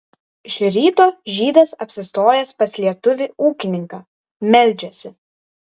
iš ryto žydas apsistojęs pas lietuvį ūkininką meldžiasi